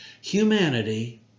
humanity